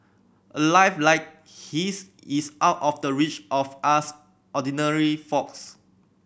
a life like his is out of the reach of us ordinary folks